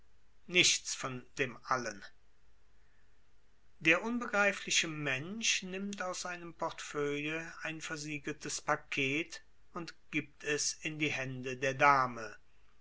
nichts von dem allen der unbegreifliche mensch nimmt aus einem portefeuille ein versiegeltes paket und gibt es in die hände der dame